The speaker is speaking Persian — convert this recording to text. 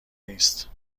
نیست